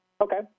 Okay